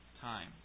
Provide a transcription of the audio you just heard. time